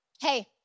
Hey